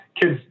kids